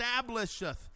establisheth